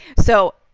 so,